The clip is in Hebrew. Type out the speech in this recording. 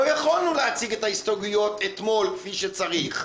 לא יכולנו להציג את ההסתייגויות אתמול כפי שצריך.